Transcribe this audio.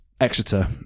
exeter